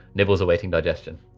nibbles awaiting digestion.